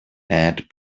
add